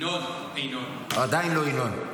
ינון --- עדיין לא ינון.